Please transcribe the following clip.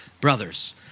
brothers